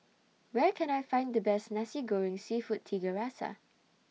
Where Can I Find The Best Nasi Goreng Seafood Tiga Rasa